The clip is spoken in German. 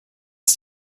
ist